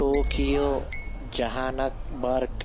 Tokyo جہانک برک